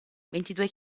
ventidue